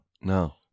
No